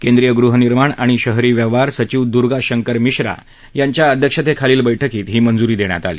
केंद्रीय गृहनिर्माण आणि शहरी व्यवहार सचिव दुर्गा शंकर मिश्रा यांच्या अध्यक्षतेखालील बैठकीत ही मंजुरी देण्यात देण्यात आली